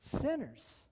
sinners